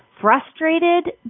frustrated